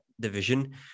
division